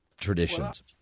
traditions